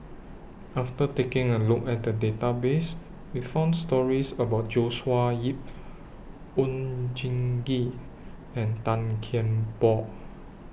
after taking A Look At The Database We found stories about Joshua Ip Oon Jin Gee and Tan Kian Por